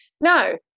no